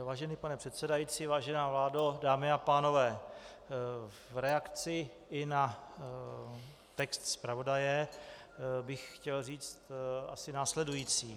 Vážený pane předsedající, vážená vládo, dámy a pánové, v reakci i na text zpravodaje bych chtěl říct asi následující.